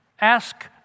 Ask